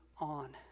on